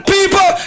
people